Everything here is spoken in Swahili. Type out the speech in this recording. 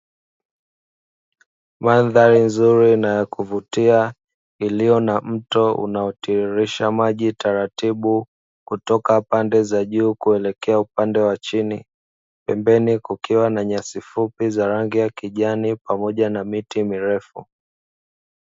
Mandhari nzuri na ya kuvutia, iliyo na mto unaotiririsha maji taratibu kutoka pande za juu kuelekea upande wa chini, pembeni kukiwa na nyasi fupi za rangi ya kijani pamoja na miti mirefu.